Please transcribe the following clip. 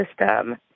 system